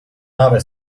nave